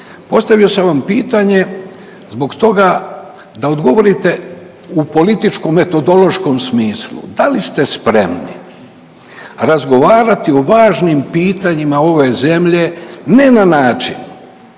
Postavio sam vam pitanje zbog toga da odgovorite u političko-metodološkom smislu, da li ste spremni razgovarati o važnim pitanjima ove zemlje ne na način